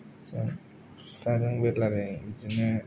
जों बिफाजोंबो रायलायो बिदिनो